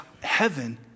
heaven